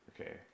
Okay